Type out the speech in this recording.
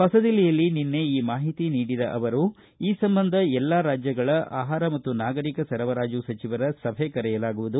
ಹೊಸದಿಲ್ಲಿಯಲ್ಲಿ ನಿನ್ನೆ ಈ ಮಾಹಿತಿ ನೀಡಿದ ಅವರು ಈ ಸಂಬಂಧ ಎಲ್ಲಾ ರಾಜ್ಯಗಳ ಆಹಾರ ಮತ್ತು ನಾಗರಿಕ ಸರಬರಾಜು ಸಚಿವರ ಸಭೆ ಕರೆಯಲಾಗುವುದು